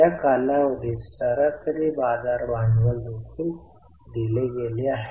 या कालावधीत सरासरी बाजार भांडवल देखील दिले गेले आहे